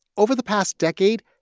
over the past decade,